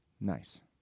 Nice